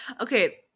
okay